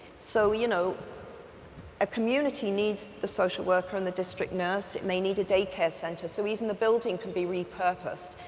so you know a community needs the social worker and the district nurse, it may need a daycare center. so even the building can be repurposed.